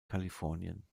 kalifornien